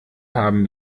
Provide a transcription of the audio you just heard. haben